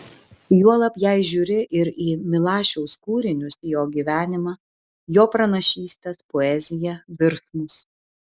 juolab jei žiūri ir į milašiaus kūrinius į jo gyvenimą jo pranašystes poeziją virsmus